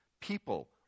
people